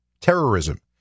Terrorism